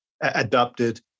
adopted